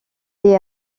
est